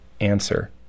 answer